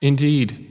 Indeed